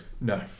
No